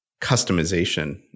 customization